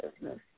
business